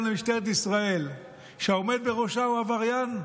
למשטרת ישראל כשהעומד בראשה הוא עבריין,